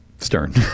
stern